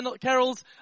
carols